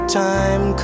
time